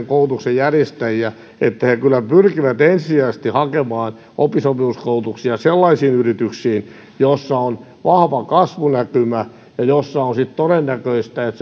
koulutuksen järjestäjiä että ne kyllä pyrkivät ensisijaisesti hakemaan oppisopimuskoulutuksia sellaisiin yrityksiin joissa on vahva kasvunäkymä ja joissa on todennäköistä että